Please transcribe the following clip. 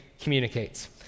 communicates